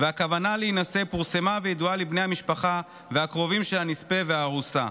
והכוונה להינשא פורסמה וידועה לבני המשפחה והקרובים של הנספה והארוסה,